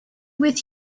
with